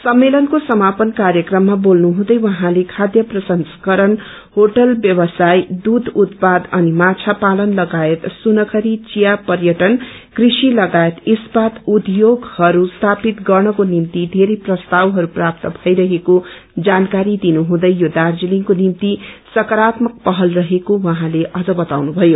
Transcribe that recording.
सम्मेलनको समापन कार्यक्रममा बोल्नुहँदै उहाँले खाद्य प्रसंस्करण क्षेटल व्यावसाय दूष उत्पादन अनि माछा पालनन लगायत सुनखरी विया पर्यटन कृषि लगायत इस्पात उद्योगहरू स्थापित गर्नको निम्ति बेरै प्रस्तावहरू प्राप्त भइरहको जानकारी दिनुहँदै यो दार्जीलिङको निम्ति सकारात्मक पहल रहेको उहँले बताउनुभयो